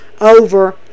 Over